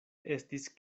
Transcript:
estis